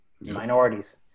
Minorities